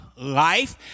life